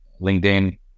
LinkedIn